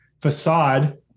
facade